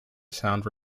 sound